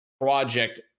project